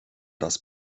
das